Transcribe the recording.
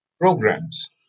programs